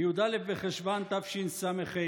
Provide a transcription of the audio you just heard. בי"א בחשוון תשס"ה,